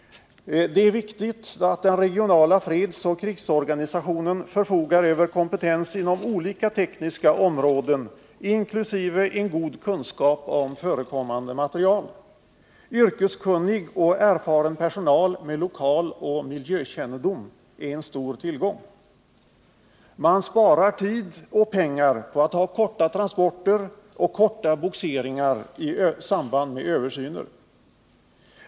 Det är viktigt att den regionala fredsoch krigsorganisationen förfogar över kompetens inom olika tekniska områden inkl. en god kunskap om förekommande material. Yrkeskunnig och erfaren personal med lokaloch miljökännedom är en stor tillgång. Man sparar tid och pengar på att ha korta transporter och korta bogseringar i samband med översyner.